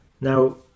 Now